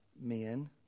men